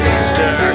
Easter